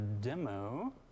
demo